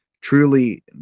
truly